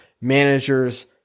managers